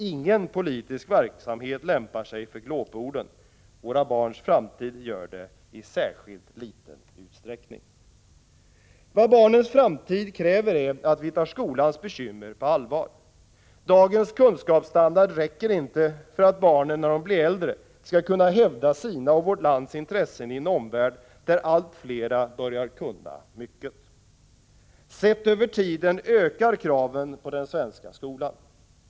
Ingen politisk verksamhet lämpar sig för glåporden. Våra barns framtid gör det i särskilt liten utsträckning. Vad barnens framtid kräver är att vi tar skolans bekymmer på allvar. Dagens kunskapsstandard räcker inte för att barnen när de blir äldre skall kunna hävda sina och vårt lands intressen i en omvärld där allt flera börjar kunna mycket. Sett över tiden ökar kraven på den svenska skolan.